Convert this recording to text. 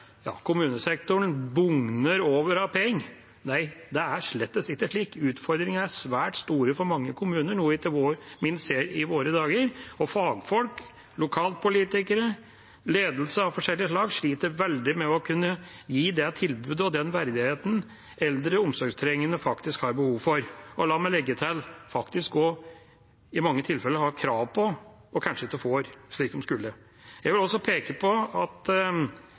kommunesektoren bugner av penger. Nei, det er slettes ikke slik – utfordringene er svært store for mange kommuner, noe vi ikke minst ser i våre dager. Fagfolk, lokalpolitikere, ledelse av forskjellig slag sliter veldig med å kunne gi det tilbudet og den verdigheten eldre omsorgstrengende har behov for, og – la meg legge til – faktisk også i mange tilfeller har krav på og kanskje ikke får, slik de skulle. Jeg vil peke på at